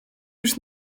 już